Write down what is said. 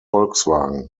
volkswagen